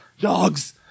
dogs